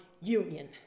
union